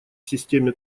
системе